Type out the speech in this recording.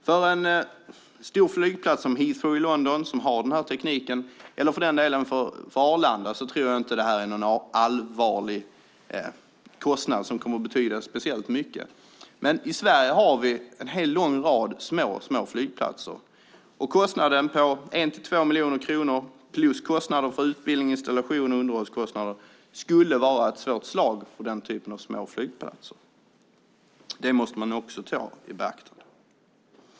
För en stor flygplats som Heathrow i London som har den här tekniken eller för den delen för Arlanda tror jag inte att det här är någon allvarlig kostnad som kommer att betyda speciellt mycket. Men i Sverige har vi en hel lång rad små flygplatser. Kostnaden på 1-2 miljoner kronor plus kostnaden för utbildning, installation och underhåll skulle vara ett svårt slag för den typen av små flygplatser. Det måste man ha i beaktande.